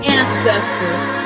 ancestors